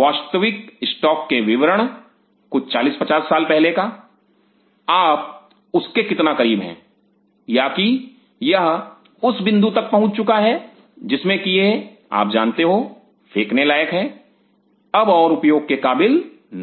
वास्तविक स्टॉक के विवरण कुछ 40 50 साल पहले का आप उसके कितना करीब है या की यह उस बिंदु तक पहुंच चुका है जिसमें की यह आप जानते हो फेंकने लायक हैं अब और उपयोग के काबिल नहीं है